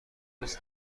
روز